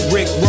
Rick